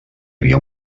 havia